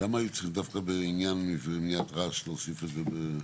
למה היו צריכים בעניין מניעת רעש להוסיף את זה?